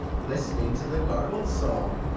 listening to the garbled song,